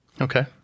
Okay